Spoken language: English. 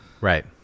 Right